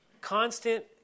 Constant